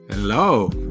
Hello